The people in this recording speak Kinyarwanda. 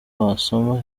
wasoma